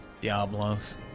Diablos